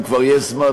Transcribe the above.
אם יש זמן,